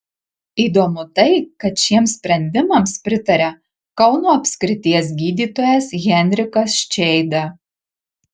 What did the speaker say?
įdomu tai kad šiems sprendimams pritaria kauno apskrities gydytojas henrikas čeida